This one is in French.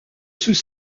sous